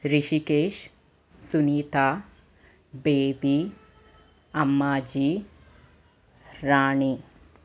Rishikesh Sunitha Baby Ammaji Rani